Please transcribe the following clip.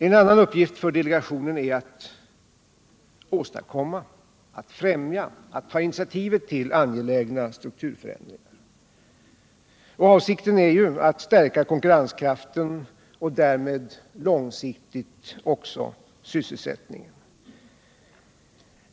En annan uppgift för delegationen är att åstadkomma, att främja och att ta initiativ till angelägna strukturförändringar. Avsikten är ju att stärka konkurrenskraften och därmed långsiktigt också sysselsättningen.